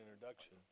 introduction